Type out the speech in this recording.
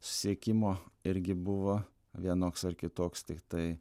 susisiekimo irgi buvo vienoks ar kitoks tiktai